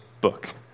book